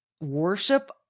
worship